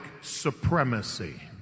supremacy